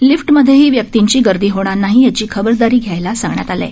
लिफ्टमध्येही व्यक्तींची गर्दी होणार नाही याची खबरदारी घ्यायला सांगण्यात आले आहे